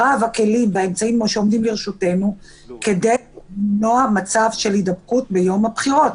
הכלים והאמצעים שעומדים לרשותנו כדי למנוע מצב של הידבקות ביום הבחירות.